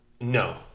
No